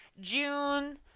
june